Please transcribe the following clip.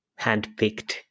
handpicked